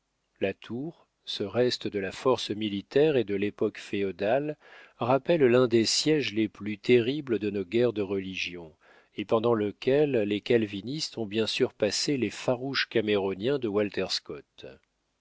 la tour ce reste de la force militaire et de l'époque féodale rappelle l'un des siéges les plus terribles de nos guerres de religion et pendant lequel les calvinistes ont bien surpassé les farouches caméroniens de walter scott